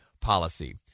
policy